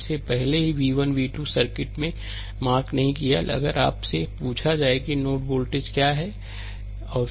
इसलिए भले ही यह v 1 v 2 है सर्किट में मार्क नहीं होगा अगर आपसे पूछा जाए कि नोड वोल्टेज क्या हैं है ना